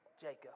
Jacob